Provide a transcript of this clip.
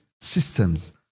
systems